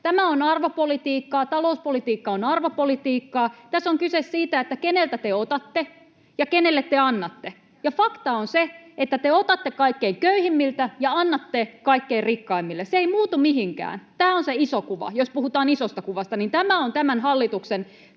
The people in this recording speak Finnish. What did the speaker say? Tämä on arvopolitiikkaa, talouspolitiikka on arvopolitiikkaa. Tässä on kyse siitä, että keneltä te otatte ja kenelle te annatte. Fakta on se, että te otatte kaikkein köyhimmiltä ja annatte kaikkein rikkaimmille. Se ei muutu mihinkään. Tämä on se iso kuva. Jos puhutaan isosta kuvasta, niin tämä on tämän hallituksen